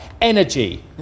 energy